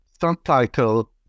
subtitle